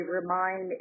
remind